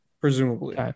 presumably